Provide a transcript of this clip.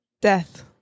death